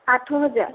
ଆଠ ହଜାର